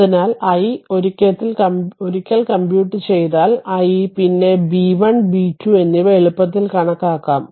അതിനാൽ i ഒരിക്കൽ i compute ചെയ്താൽ i പിന്നെ b 1 b 2 എന്നിവ എളുപ്പത്തിൽ കണക്കാക്കാം